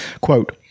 quote